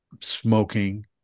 smoking